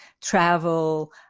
travel